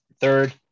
Third